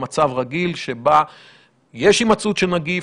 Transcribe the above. במצב רגיל שבו יש הימצאות של הנגיף.